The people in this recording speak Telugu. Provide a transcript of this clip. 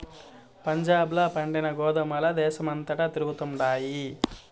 పంజాబ్ ల పండిన గోధుమల దేశమంతటా తిరుగుతండాయి